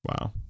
Wow